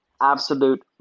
absolute